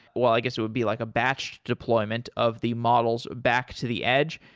well, i guess it would be like a batch deployment of the models back to the edge.